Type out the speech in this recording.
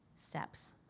steps